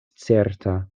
certa